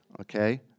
okay